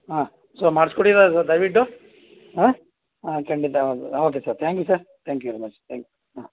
ಹಾಂ ಸರ್ ಮಾಡಿಸ್ಕೊಡಿ ಸ ಸರ್ ದಯವಿಟ್ಟು ಹಾಂ ಹಾಂ ಖಂಡಿತವಾಗಿ okay sir thank you sir thank you very much thank you ಹಾಂ